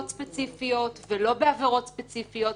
ספציפיות ולא בעבירות ספציפיות,